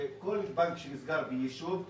כל בנק שנסגר ביישוב,